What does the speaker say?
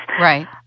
Right